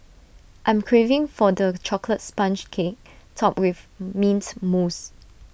I'm craving for the Chocolate Sponge Cake Topped with Mint Mousse